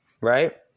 Right